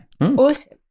Awesome